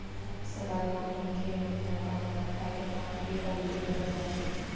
सहर म मनखे मन ह कमाए खाए बर आथे अउ इहें बस जाथे